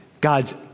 God's